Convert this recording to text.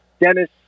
Dennis